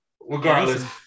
regardless